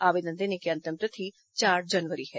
आवेदन देने की अंतिम तिथि चार जनवरी है